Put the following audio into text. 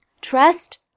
trust